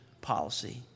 policy